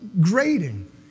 grading